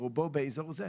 ברובו באזור הזה.